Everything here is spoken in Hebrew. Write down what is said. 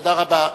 תודה רבה.